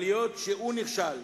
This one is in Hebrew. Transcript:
אבל היות שהוא נכשל,